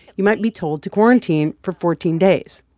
you might be told to quarantine for fourteen days,